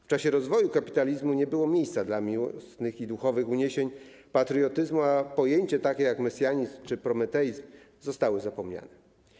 W czasie rozwoju kapitalizmu nie było miejsca dla miłosnych i duchowych uniesień, patriotyzmu, a pojęcia takie jak „mesjanizm” czy „prometeizm” zostały zapomniane.